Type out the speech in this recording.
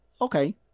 Okay